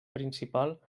principal